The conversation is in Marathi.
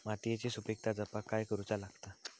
मातीयेची सुपीकता जपाक काय करूचा लागता?